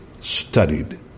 studied